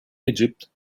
egypt